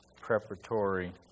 preparatory